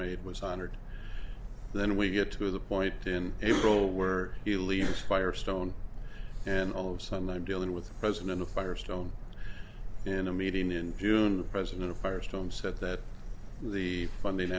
made was honored then we get to the point in april where he leaves firestone and all of sudden i'm dealing with the president of firestone in a meeting in june president firestone said that the funding